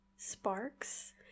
Sparks